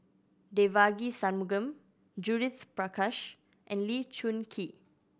Devagi Sanmugam Judith Prakash and Lee Choon Kee